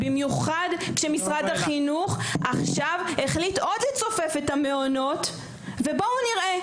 במיוחד כשמשרד החינוך עכשיו החליט עוד לצופף את המעונות ובואו נראה.